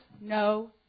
no